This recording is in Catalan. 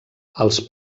els